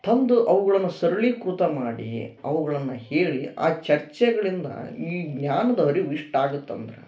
ತಂದು ಅವುಗಳನ್ನು ಸರಳೀಕೃತ ಮಾಡಿ ಅವುಗಳನ್ನು ಹೇಳಿ ಆ ಚರ್ಚೆಗಳಿಂದ ಈ ಜ್ಞಾನದ ಅರಿವು ಇಷ್ಟು ಆಗತ್ತೆ ಅಂದ್ರೆ